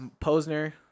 Posner